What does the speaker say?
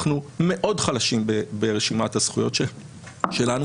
אנחנו מאוד חלשים ברשימת הזכויות שלנו,